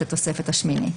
את התוספת השמינית.